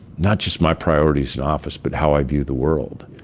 not just my priorities in office, but how i view the world.